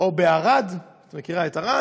או בערד, את מכירה את ערד,